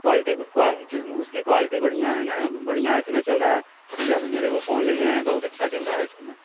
quality ब उसकी quality बढ़ियाँ है न बढ़ियाँ इस समय चल रहा है भैया भी मेरे वो फोन लिए हैं बहुत अच्छा चल रहा है इस समय